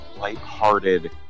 lighthearted